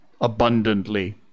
abundantly